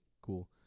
cool